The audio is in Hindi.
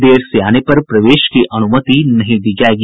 देर से आने पर प्रवेश की अनुमति नहीं दी जायेगी